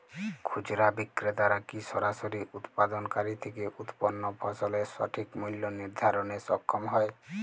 খুচরা বিক্রেতারা কী সরাসরি উৎপাদনকারী থেকে উৎপন্ন ফসলের সঠিক মূল্য নির্ধারণে সক্ষম হয়?